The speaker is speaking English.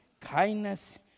kindness